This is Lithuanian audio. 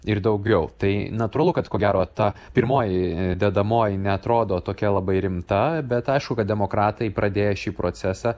ir daugiau tai natūralu kad ko gero ta pirmoji dedamoji neatrodo tokia labai rimta bet aišku kad demokratai pradėję šį procesą